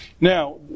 Now